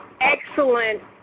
excellent